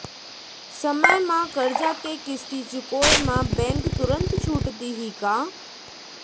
समय म करजा के किस्ती चुकोय म बैंक तुरंत छूट देहि का?